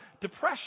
depression